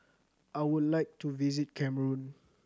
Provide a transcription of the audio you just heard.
I would like to visit Cameroon